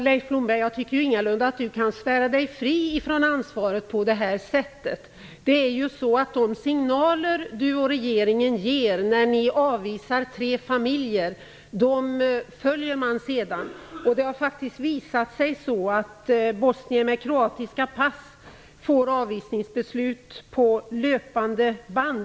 Fru talman! Jag tycker ingalunda att Leif Blomberg kan svära sig fri från ansvaret på detta sätt. De signaler som han och regeringen har givit när man avvisade tre familjer följs sedan. Det har faktiskt visat sig att bosnier med kroatiska pass får avvisningsbeslut på löpande band.